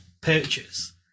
purchase